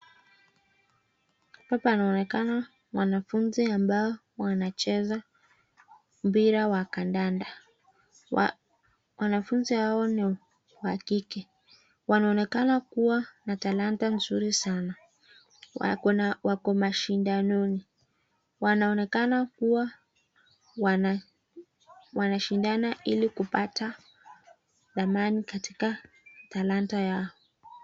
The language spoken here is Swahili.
Hapa panaonekana wanafunzi ambao wanacheza mpira wa kandanda. Wanafunzi hawa ni wa kike. Wanaonekana kuwa na talanta nzuri sana. Wako mashindanoni. Wanaonekana kuwa wanashindana ili kupata thamani katika talanta yao.